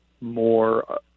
more